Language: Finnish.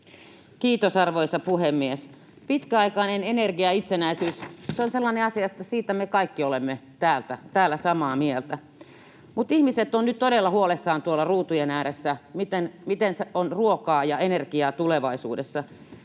Kiitos, arvoisa puhemies! Pitkäaikainen energiaitsenäisyys on sellainen asia, että siitä me kaikki olemme täällä samaa mieltä, mutta ihmiset ovat nyt todella huolissaan tuolla ruutujen ääressä, miten on ruokaa ja energiaa tulevaisuudessa.